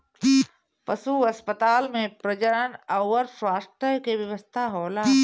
पशु अस्पताल में प्रजनन अउर स्वास्थ्य के व्यवस्था होला